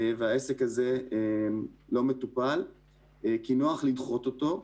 והעסק הזה לא מטופל כי נוח לדחות אותו.